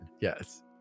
yes